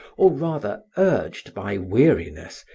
or rather urged by weariness,